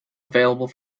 available